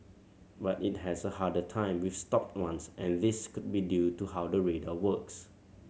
but it has a harder time with stopped ones and this could be due to how the radar works